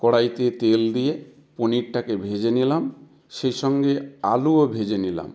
কড়াইতে তেল দিয়ে পনিরটাকে ভেজে নিলাম সেই সঙ্গে আলুও ভেজে নিলাম